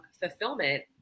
fulfillment